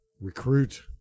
recruit